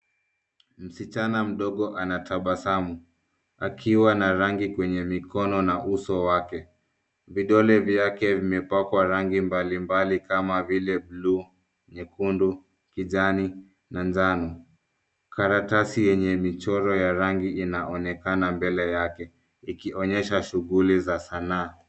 Msichana mdogo anatabasamu akiwa na rangi kwenye mikono na uso wake. Vidole vyake vimepakwa rangi mbali mbali kama vile blue , nyekundu, kijani na njano. Karatasi yenye michoro ya rangi inaonekana mbele yake ikionyesha shughuli za sanaa.